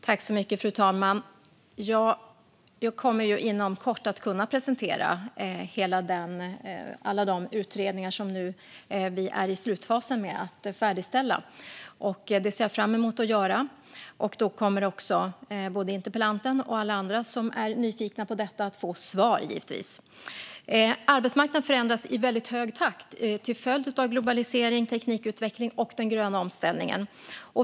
Fru talman! Jag kommer inom kort att presentera alla de utredningar som vi är i slutfasen med att färdigställa. Det ser jag fram emot att göra, och då kommer givetvis interpellanten och alla andra som är nyfikna att få svar. Arbetsmarknaden förändras i hög takt till följd av globalisering, teknikutveckling och den gröna omställningen.